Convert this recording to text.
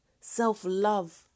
self-love